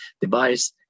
device